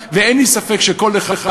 ואין לי ספק שכל אחד,